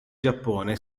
giappone